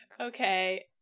Okay